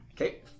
Okay